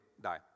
die